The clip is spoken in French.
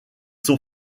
sont